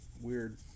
weird